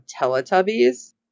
Teletubbies